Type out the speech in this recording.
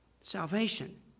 salvation